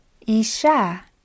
Isha